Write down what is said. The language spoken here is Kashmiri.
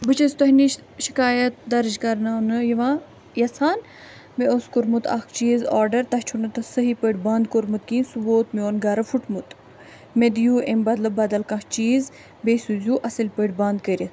بہٕ چھَس تۄہہِ نِش شِکایت درٕج کرناونہٕ یِوان یژھان مےٚ اوٗس کوٚرمُت اکھ چیٖز آرڈر تۄہہِ چھُو نہٕ تَتھ صحیٖح پٲٹھۍ بنٛد کوٚرمُت کیٚنٛہہ سُہ ووٗت میوٗن گرٕفُٹمُت مےٚ دِیُو امہِ بدلہٕ بدل کانٛہہ چیٖز بیٚیہِ سوٗزِو اصٕل پٲٹھۍ بنٛد کٔرِتھ